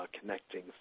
connecting